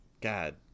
God